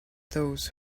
those